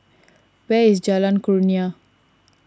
where is Jalan Kurnia